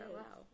wow